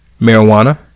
Marijuana